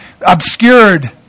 obscured